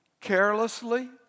carelessly